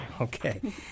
okay